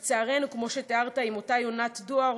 לצערנו, וכמו שתיארת, עם אותה יונת דואר